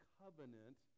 covenant